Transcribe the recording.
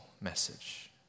message